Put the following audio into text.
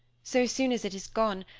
so soon as it is gone,